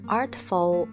artful